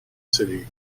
city